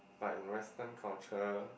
but in Western culture